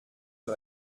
sur